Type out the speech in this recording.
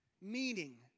meaning